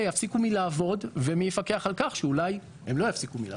יפסיקו לעבוד ומי יפקח על כך שאולי הן לא יפסיקו.